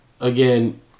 again